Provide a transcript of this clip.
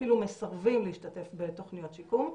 אפילו מסרבים להשתתף בתוכניות שיקום.